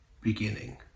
beginning